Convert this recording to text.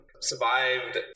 survived